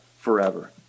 forever